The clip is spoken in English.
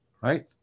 right